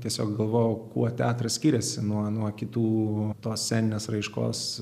tiesiog galvojau kuo teatras skiriasi nuo nuo kitų tos sceninės raiškos